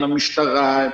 עם המשטרה,